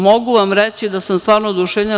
Mogu vam reći da sam stvarno oduševljena.